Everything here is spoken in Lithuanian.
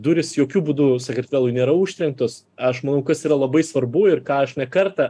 durys jokiu būdu sakartvelui nėra užtrenktos aš manau kas yra labai svarbu ir ką aš ne kartą